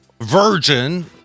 virgin